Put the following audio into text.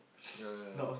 yea